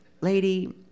Lady